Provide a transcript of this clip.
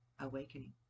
awakening